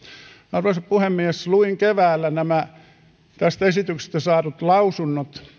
arvoisa puhemies luin keväällä esityksestä saadut lausunnot